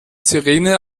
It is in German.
sirene